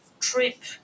trip